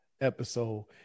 episode